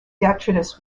detritus